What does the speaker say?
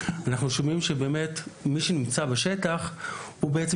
אנחנו שומעים שמי שנמצא בשטח הוא זה שבעצם